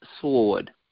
sword